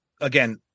again